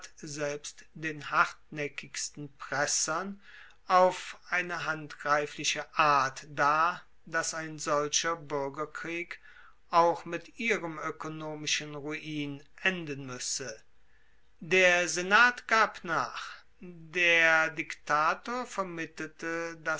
selbst den hartnaeckigsten pressern auf eine handgreifliche art dar dass ein solcher buergerkrieg auch mit ihrem oekonomischen ruin enden muesse der senat gab nach der diktator vermittelte